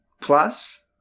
plus